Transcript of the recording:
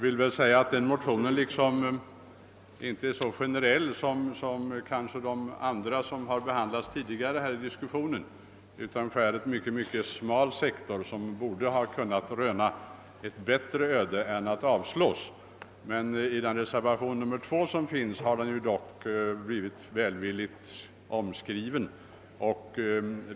Detta motionspar är inte lika generellt som andra motioner som här har behandlats tidigare. De skär ut en mycket smal sektor. Därför borde de ha rönt ett bättre öde än att avstyrkas. I reservation 2 har de blivit välvilligt omskrivna.